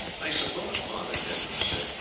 i suppose, father, edmund said,